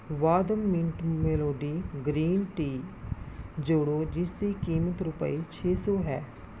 Vahdam mint melody green tea ਜੋੜੋ ਜਿਸ ਦੀ ਕੀਮਤ ਰੁਪਏ ਛੇ ਸੌ ਹੈ